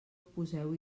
poseu